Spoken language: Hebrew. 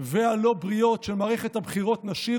והלא-בריאות של מערכת הבחירות נשאיר